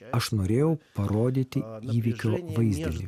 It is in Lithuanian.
aš norėjau parodyti įvykio vaizdinį